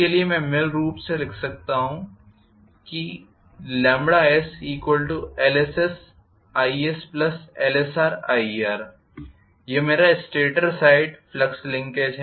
इसलिए मैं मूल रूप से लिख सकता हूं sLssisLsrir यह मेरा स्टेटर साइड फ्लक्स लिंकेज है